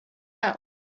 out